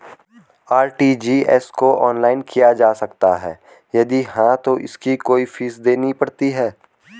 RTGS को online किया जा सकता है यदि हाँ तो इसकी कोई फीस देनी पड़ती है?